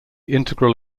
integral